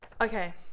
okay